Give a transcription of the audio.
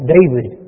David